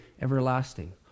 everlasting